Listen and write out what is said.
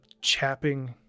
chapping